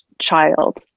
child